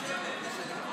הצעת החוק